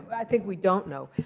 but i think we don't know.